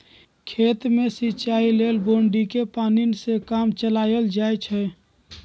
खेत में सिचाई लेल बोड़िंगके पानी से काम चलायल जाइ छइ